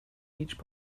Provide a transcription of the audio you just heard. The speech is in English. each